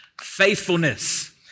faithfulness